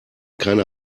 keine